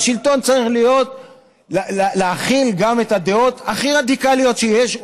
והשלטון צריך להכיל גם את הדעות הכי רדיקליות שיש,